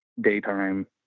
daytime